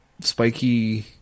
spiky